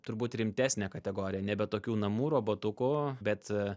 turbūt rimtesnė kategorija nebe tokių namų robotukų bet